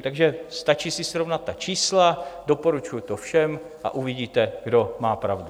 Takže stačí si srovnat ta čísla, doporučuji to všem, a uvidíte, kdo má pravdu.